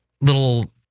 little